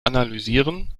analysieren